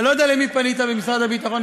אני לא יודע למי פנית במשרד הביטחון,